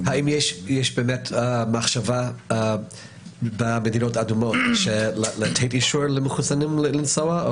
האם יש באמת מחשבה במדינות האדומות לתת אישור למחוסנים לנסוע?